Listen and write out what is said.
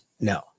no